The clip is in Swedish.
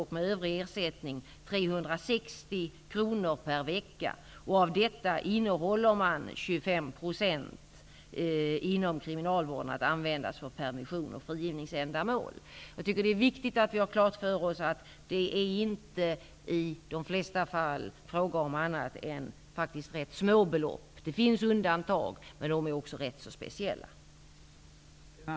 25 % av det beloppet innehålles av kriminalvården att användas för permissioner och frigivningsändamål. Det är viktigt att vi har klart för oss att det i de flesta fall faktiskt bara är fråga om rätt små belopp. Det finns undantag, men de är rätt så speciella.